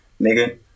nigga